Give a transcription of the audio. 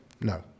no